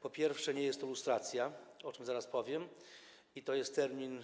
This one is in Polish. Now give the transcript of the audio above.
Po pierwsze, nie jest to lustracja, o czym zaraz powiem, i to jest termin